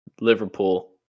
Liverpool